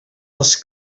els